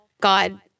God